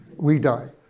we die.